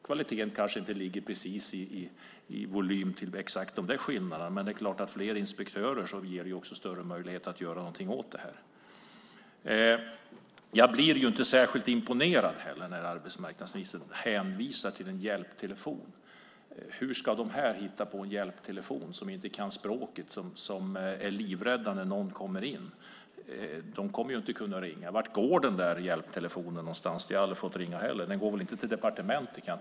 Kvaliteten kanske inte ligger exakt i volym till dessa skillnader. Men det är klart att fler inspektörer också ger större möjligheter att göra någonting åt detta. Jag blir inte särskilt imponerad heller när arbetsmarknadsministern hänvisar till en hjälptelefon. Hur ska de som inte kan språket och som blir livrädda när någon kommer in hitta en hjälptelefon? De kommer inte att kunna ringa. Vem svarar i denna hjälptelefon? Jag kan tänka mig att det inte är någon på departementet.